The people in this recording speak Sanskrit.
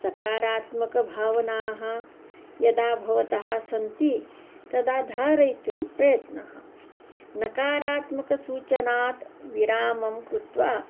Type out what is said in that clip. सकारात्मकभावनाः यदा भवतः सन्ति तदा धारयितुं प्रयत्नः नकारात्मकसूचनात् विरामं कृत्वा